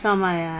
समय